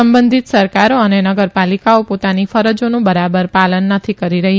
સંબંધિત સરકારો અને નગરપાલિકાઓ પોતાની ફરજોનું બરાબર પાલન નથી કરી રહી